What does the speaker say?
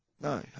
No